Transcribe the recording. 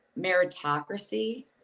meritocracy